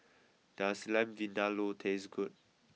does Lamb Vindaloo taste good